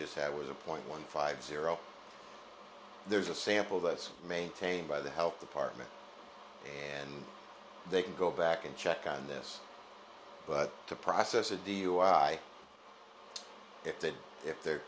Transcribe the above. just had was a point one five zero there's a sample that's maintained by the health department and they can go back and check on this but to process a dui if they